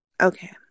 okay